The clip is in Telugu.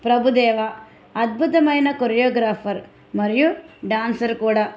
ప్రభుదేవా అద్భుతమైన కొరియోగ్రాఫర్ మరియు డాన్సర్ కూడా